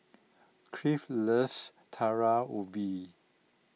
Cliff loves Talam Ubi